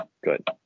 Good